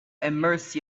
immerse